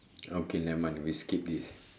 okay never mind we skip this